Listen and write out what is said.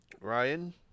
ryan